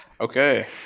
Okay